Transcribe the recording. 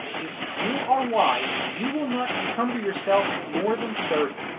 if you are wise, you will not encumber yourself with more than thirty,